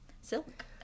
silk